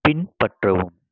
பின்பற்றவும்